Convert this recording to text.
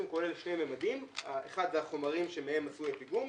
כולל שני ממדים: הראשון זה החומרים שמהם עשוי הפיגום,